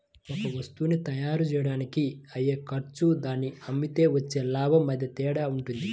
ఒక వత్తువుని తయ్యారుజెయ్యడానికి అయ్యే ఖర్చు దాన్ని అమ్మితే వచ్చే లాభం మధ్య తేడా వుంటది